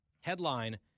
Headline